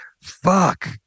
fuck